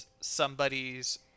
somebody's